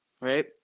right